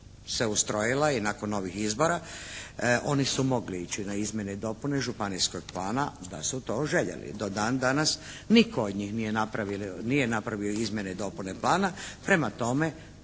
se ustrojila i nakon ovih izbora. Oni su mogli ići na izmjene i dopune županijskog plana da su to željeli. Do dan danas nitko od njih nije napravio izmjene i dopune plana. Prema tome,